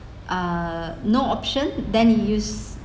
err no option then you use